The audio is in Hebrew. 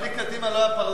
בלי קדימה לא היה פרלמנט,